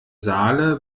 saale